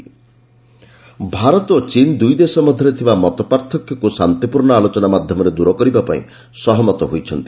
India China Bharat ଓ ଚୀନ୍ ଦୁଇଦେଶ ମଧ୍ୟରେ ଥିବା ମତପାର୍ଥକ୍ୟକୁ ଶାନ୍ତିପୂର୍ଣ୍ଣ ଆଲୋଚନା ମାଧ୍ୟମରେ ଦୂର କରିବା ପାଇଁ ସହମତ ହୋଇଛନ୍ତି